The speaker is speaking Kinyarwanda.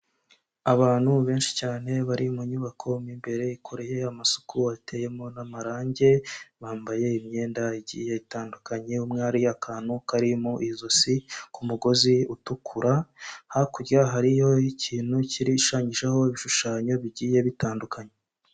Abantu benshi cyane bari mu nyubako mo imbere ikoreye amasuku wateyemo n'amarangi bambaye imyenda itandukanye umweriya akantu karimo ijosi ku mugozi utukura hakurya hariyo' ikintu kirishanyijeho ibishushanyo bigiye bitandukanye.